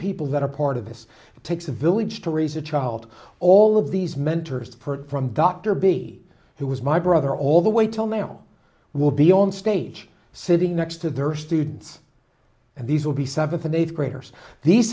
people that are part of this it takes a village to raise a child all of these mentors from dr b who was my brother all the way till now will be on stage sitting next to their students and these will be seventh and eighth graders these